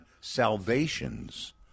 salvations